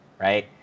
Right